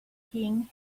king